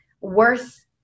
worth